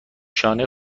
شانه